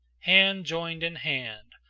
hand joined in hand,